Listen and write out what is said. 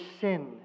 sin